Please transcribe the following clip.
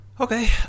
Okay